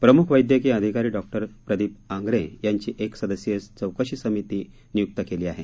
प्रमुख वैद्यकीय अधिकारी डॉक्टर प्रदीप आंग्रे यांची एक सदस्यीय चौकशी समिती नियुक्ती केली आहे